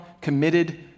committed